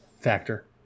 factor